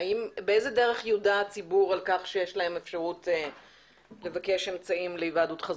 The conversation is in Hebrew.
האם הם הודיעו לציבור שיש לחו אפשרות לבקש אמצעים להיוועדות חזותית?